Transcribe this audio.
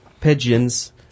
Pigeons